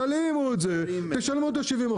תלאימו את זה תשלמו את ה- 70%,